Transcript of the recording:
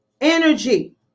energy